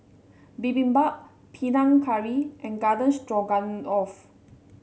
Bibimbap Panang Curry and Garden Stroganoff